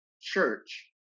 church